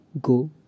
go